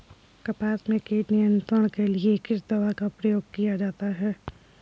कपास में कीट नियंत्रण के लिए किस दवा का प्रयोग किया जाता है?